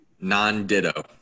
Non-ditto